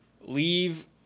leave